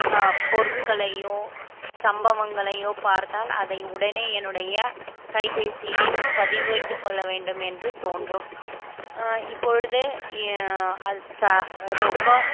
பொருட்களையோ சம்பவங்களையோ பார்த்தால் அதை உடனே என்னுடைய கைபேசியில் பதிவிட்டு கொள்ள வேண்டும் என்று தோன்றும் இப்பொழுது அது ரொம்ப